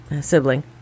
sibling